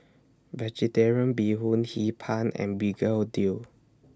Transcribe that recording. Vegetarian Bee Hoon Hee Pan and Begedil